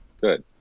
good